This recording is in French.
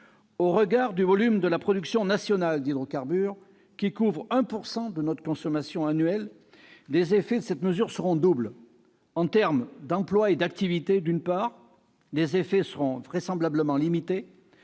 Au regard du volume de la production nationale d'hydrocarbures, qui couvre 1 % de notre consommation annuelle, les effets de cette mesure seront doubles. Sur le plan de l'emploi et de l'activité, d'une part, les effets seront vraisemblablement limités.